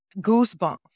goosebumps